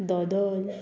दोदल